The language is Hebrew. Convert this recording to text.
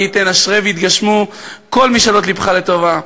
מי ייתן ויתגשמו כל משאלות לבך לטובה,